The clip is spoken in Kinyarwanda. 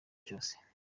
cyose